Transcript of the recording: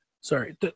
Sorry